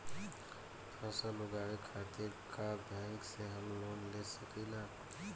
फसल उगावे खतिर का बैंक से हम लोन ले सकीला?